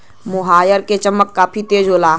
मोहायर क चमक काफी तेज होला